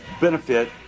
benefit